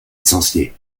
licencié